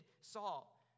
Saul